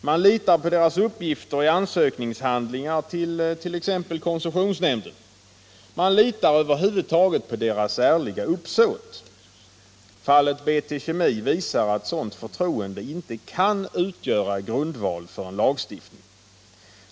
Man litar på deras uppgifter i ansökningshandlingar tillt.ex. koncessionsnämnden. Man litar över huvud taget på deras ärliga uppsåt. Fallet BT Kemi visar att ett sådant förtroende inte kan utgöra grundval för en lagstiftning.